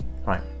right